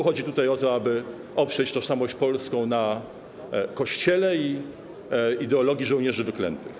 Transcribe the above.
Chodzi tutaj o to, aby oprzeć tożsamość polską na Kościele i ideologii żołnierzy wyklętych.